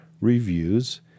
reviews